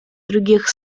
других